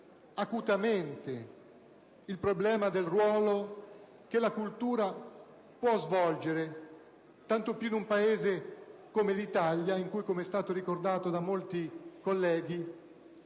acutamente il problema del ruolo che la cultura può svolgere, tanto più in un Paese come l'Italia in cui - come è stato ricordato da molti colleghi